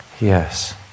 Yes